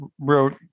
wrote